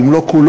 אם לא כולו,